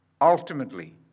ultimately